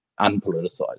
unpoliticized